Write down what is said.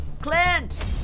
Clint